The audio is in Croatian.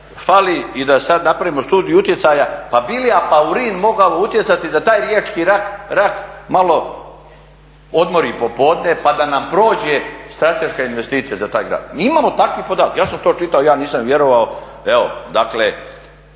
fali i da sad napravimo studiju utjecaja pa bi li Apaurin mogao utjecati da taj riječki rak malo odmori popodne pa da nam prođe strateška investicija za taj grad. Imamo takvih podataka, ja sam to čitao. Ja nisam vjerovao.